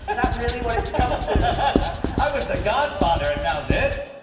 but that really what it's come to? and i was the godfather and now this?